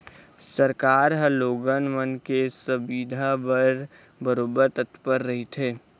सरकार ह लोगन मन के सुबिधा बर बरोबर तत्पर रहिथे